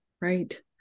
Right